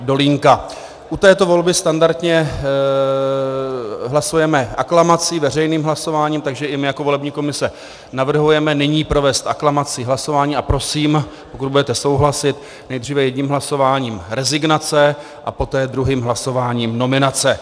U této volby standardně hlasujeme aklamací, veřejným hlasováním, takže i my jako volební komise navrhujeme nyní provést aklamací hlasování a prosím, pokud budete souhlasit, nejdříve jedním hlasováním rezignace a poté druhým hlasováním nominace.